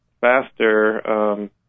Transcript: faster